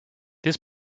this